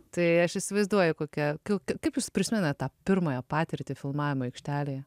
tai aš įsivaizduoju kokia kiu kaip jūs prisimenat tą pirmąją patirtį filmavimo aikštelėje